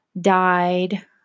died